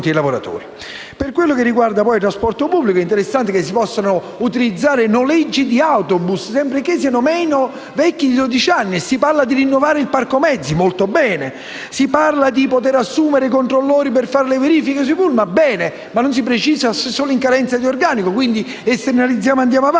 Per quanto riguarda il trasporto pubblico, è interessante che si possano utilizzare noleggi di autobus sempre che siano meno vecchi di dodici anni e si parla di rinnovare il parco mezzi, e va molto bene; si parla di poter assumere controllori per fare le verifiche sui pullman, e va bene; ma non si precisa se sono in carenza di organico, e quindi esternalizziamo e andiamo avanti.